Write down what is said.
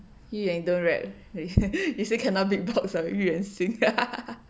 喻言 don't rap you say cannot beat box 喻言 sing